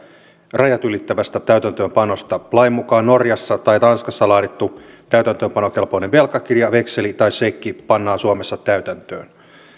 rajat ylittävästä täytäntöönpanosta lain mukaan norjassa tai tanskassa laadittu täytäntöönpanokelpoinen velkakirja vekseli tai sekki pannaan pyynnöstä suomessa täytäntöön